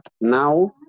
now